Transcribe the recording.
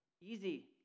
easy